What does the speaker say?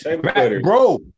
bro